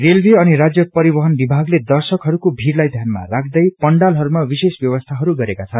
railway अनि राज्य परिवहन विभागले दर्शकहरूको भीड़लाई ध्यानमा राख्दै पंण्डालहरूमा विशेष व्यवस्थाहरू गरेका छन्